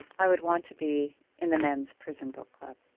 i would want to be in the men's prison book club.